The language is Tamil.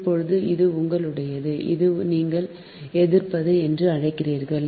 இப்போது இது உங்களுடையது இதை நீங்கள் எதிர்ப்பது என்று அழைக்கிறீர்கள்